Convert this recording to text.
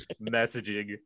messaging